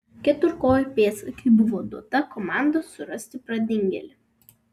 keturkojui pėdsekiui buvo duota komanda surasti pradingėlį